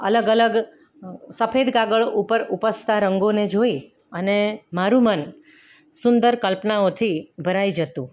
અલગ અલગ સફેદ કાગળ ઉપર ઉપસતા રંગોને જોઈ અને મારું મન સુંદર કલ્પનાઓથી ભરાઈ જતુ